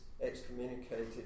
excommunicated